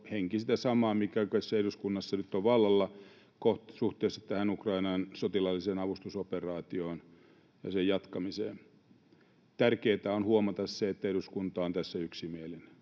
henki sitä samaa, mikä tässä eduskunnassa nyt on vallalla suhteessa tähän Ukrainan sotilaalliseen avustusoperaatioon ja sen jatkamiseen. Tärkeätä on huomata se, että eduskunta on tässä yksimielinen.